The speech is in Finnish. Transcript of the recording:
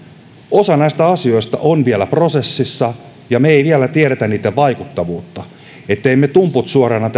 osa näistä asioista on vielä prosessissa ja me emme vielä tiedä niiden vaikuttavuutta emme me tumput suorana